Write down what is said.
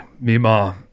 Mima